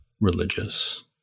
religious